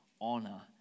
honor